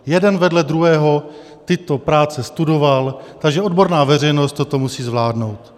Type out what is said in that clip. Jeden vedle druhého tyto práce studoval, takže odborná veřejnost toto musí zvládnout.